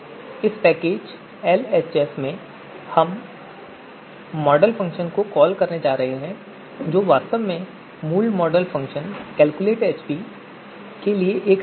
इस package LHS में हम इस मॉडल फ़ंक्शन को कॉल करने जा रहे हैं जो वास्तव में मूल मॉडल फ़ंक्शन कैलकुलेटएएचपी के लिए एक रैपर है